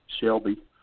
Shelby